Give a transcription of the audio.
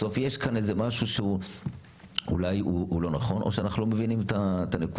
בסוף יש כאן משהו שאולי הוא לא נכון או שאנחנו לא מבינים את הנקודה.